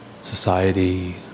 society